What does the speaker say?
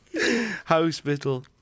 Hospital